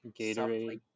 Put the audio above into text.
Gatorade